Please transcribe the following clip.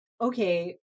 okay